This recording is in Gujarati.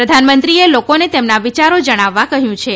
પ્રધાનમંત્રીએ લોકોને તેમના વિચારો જણાવવા કહ્યું છે